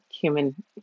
human